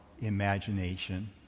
imagination